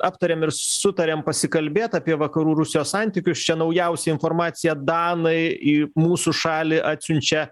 aptarėm ir sutarėm pasikalbėt apie vakarų rusijos santykius čia naujausia informacija danai į mūsų šalį atsiunčia